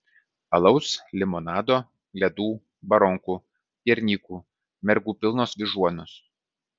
alaus limonado ledų baronkų piernykų mergų pilnos vyžuonos